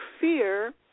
fear